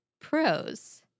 pros